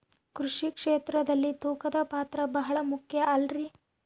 ಕೃಷಿ ಕ್ಷೇತ್ರದಲ್ಲಿ ತೂಕದ ಪಾತ್ರ ಬಹಳ ಮುಖ್ಯ ಅಲ್ರಿ?